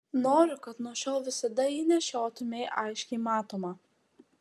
noriu kad nuo šiol visada jį nešiotumei aiškiai matomą